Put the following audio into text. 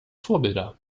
vorbilder